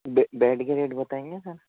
bed کے rate بتائیں گے سر